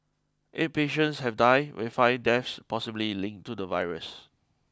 eight patients have died with five deaths possibly linked to the virus